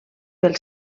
pel